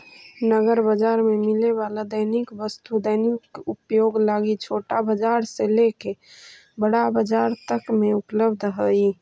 नगर बाजार में मिले वाला दैनिक वस्तु दैनिक उपयोग लगी छोटा बाजार से लेके बड़ा बाजार तक में उपलब्ध हई